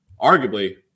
arguably